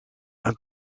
een